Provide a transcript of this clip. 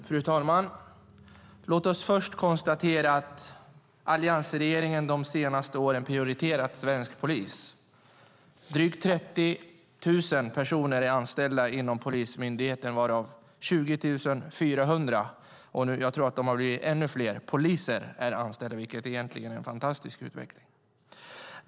Fru talman! Låt oss först konstatera att alliansregeringen de senaste åren prioriterat svensk polis. Drygt 30 000 personer är anställda inom polismyndigheten varav 20 400 är poliser, och jag tror att de kan ha blivit ännu fler. Det är en fantastisk utveckling!